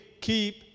keep